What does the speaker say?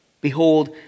Behold